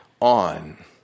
on